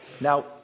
Now